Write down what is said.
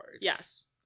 yes